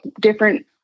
different